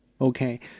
Okay